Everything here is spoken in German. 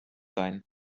sein